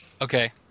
Okay